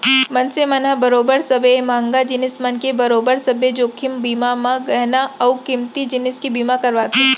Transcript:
मनसे मन ह बरोबर सबे महंगा जिनिस मन के बरोबर सब्बे जोखिम बीमा म गहना अउ कीमती जिनिस के बीमा करवाथे